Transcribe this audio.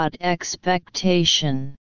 Expectation